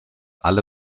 alle